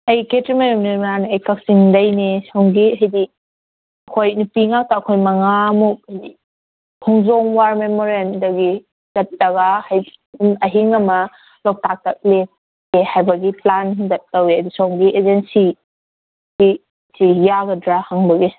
ꯑꯩ ꯈꯦꯇ꯭ꯔꯤꯃꯌꯨꯝ ꯅꯤꯔꯃꯂꯥꯅꯦ ꯑꯩ ꯀꯛꯆꯤꯡꯗꯩꯅꯦ ꯁꯣꯝꯒꯤ ꯍꯥꯏꯗꯤ ꯑꯩꯈꯣꯏ ꯅꯨꯄꯤ ꯉꯥꯛꯇ ꯑꯩꯈꯣꯏ ꯃꯉꯥꯃꯨꯛ ꯍꯥꯏꯗꯤ ꯈꯣꯡꯖꯣꯝ ꯋꯥꯔ ꯃꯦꯃꯣꯔꯤꯌꯦꯜꯗꯒꯤ ꯆꯠꯂꯒ ꯍꯥꯏꯗꯤ ꯑꯍꯤꯡ ꯑꯃ ꯂꯣꯛꯇꯥꯛꯇ ꯂꯦꯛꯀꯦ ꯍꯥꯏꯕꯒꯤ ꯄ꯭ꯂꯥꯟ ꯑꯃꯈꯛ ꯇꯧꯋꯦ ꯑꯗꯨ ꯁꯣꯝꯒꯤ ꯑꯦꯖꯦꯟꯁꯤ ꯒꯤ ꯁꯤ ꯌꯥꯒꯗ꯭ꯔꯥ ꯍꯪꯕꯒꯤ